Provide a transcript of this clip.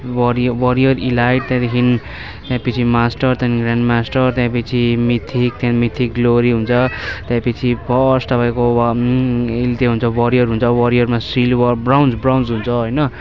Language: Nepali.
वरिय वरियर इलाइट त्यहाँदेखि त्यहाँपिच्छे मास्टर त्यहाँदेखिन् ग्रान्ड मास्टर त्यहाँपिच्छे मिथिक त्यहाँदेखिन् मिथिक ग्लोरी हुन्छ त्यहाँपिच्छे फर्स्ट तपाईँको के हुन्छ वरियर हुन्छ वरियरमा सिल्भर ब्रोन्ज ब्रोन्ज हुन्छ होइन